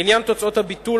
לעניין תוצאות הביטול,